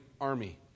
army